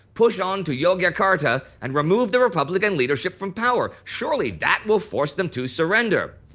push on to yogyakarta and remove the republican leadership from power. surely that will force them to surrender.